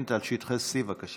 הפלסטינית על שטחי C. בבקשה.